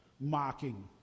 mocking